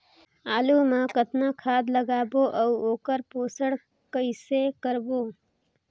आलू मा कतना खाद लगाबो अउ ओकर पोषण कइसे करबो?